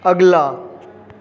अगला